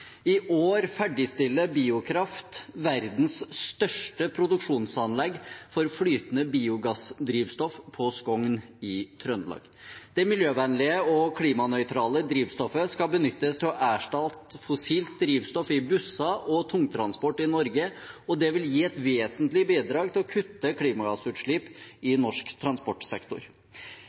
I år ferdigstiller Biokraft verdens største produksjonsanlegg for flytende biogassdrivstoff på Skogn i Trøndelag. Det miljøvennlige og klimanøytrale drivstoffet skal benyttes til å erstatte fossilt drivstoff i busser og tungtransport i Norge, og det vil gi et vesentlig bidrag til å kutte klimagassutslipp i norsk transportsektor.